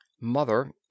mother